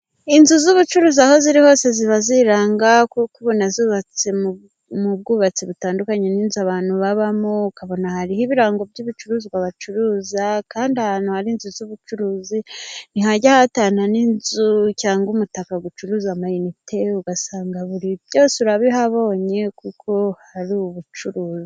Inzu z'ubucuruzi aho ziri hose, ziba ziranga kuko ubona zubatse mu bwubatsi butandukanye n' inzu abantu babamo, ukabona hariho ibirango by'ibicuruzwa bacuruza kandi ahantu hari inzu z'ubucuruzi, ntihajya hatana n'inzu cyangwa umutaka ucuruza amayinite, ugasanga byose urabihabonye kuko hari ubucuruzi.